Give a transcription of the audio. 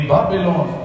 Babylon